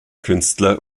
künstler